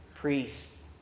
priests